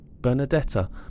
Bernadetta